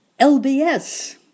LBS